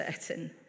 certain